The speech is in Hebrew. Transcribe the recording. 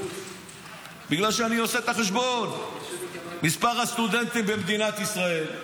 בגלל שאני עושה את החשבון: מספר הסטודנטים במדינת ישראל,